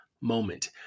moment